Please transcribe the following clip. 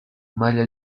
maglia